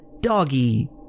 doggy